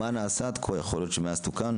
מה נעשה עד כה יכול להיות שמאז תוקן.